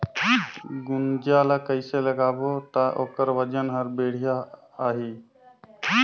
गुनजा ला कइसे लगाबो ता ओकर वजन हर बेडिया आही?